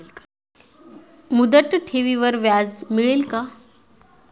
मुदत ठेवीवर व्याज मिळेल का?